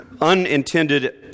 unintended